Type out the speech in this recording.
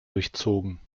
durchzogen